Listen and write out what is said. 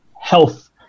health